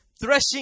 threshing